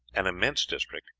an immense district,